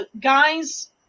guys